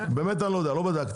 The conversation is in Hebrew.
באמת אני לא יודע, לא בדקתי.